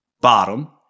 bottom